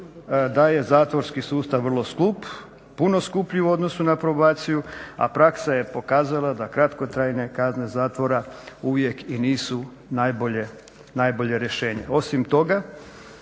da je zatvorski sustav vrlo skup, puno skuplji u odnosu na probaciju, a praksa je pokazala da kratkotrajne kazne zatvora uvijek i nisu najbolje rješenje. Osim toga,